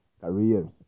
careers